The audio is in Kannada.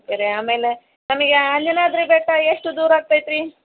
ಬೇರೆ ಆಮೇಲೆ ನಮಗೆ ಅಂಜನಾದ್ರಿ ಬೆಟ್ಟ ಎಷ್ಟು ದೂರ ಆಗ್ತೈತ್ತೆ ರೀ